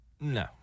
No